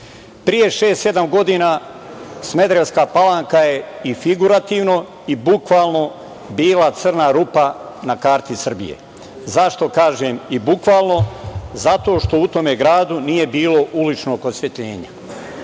šest-sedam godina Smederevska Palanka je i figurativno i bukvalno bila crna rupa na karti Srbije. Zašto kažem i bukvalno? Zato što u tome gradu nije bilo uličnog osvetljenja.